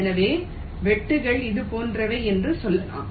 எனவே வெட்டுக்கள் இது போன்றவை என்று சொல்லலாம்